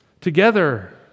together